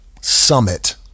Summit